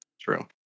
True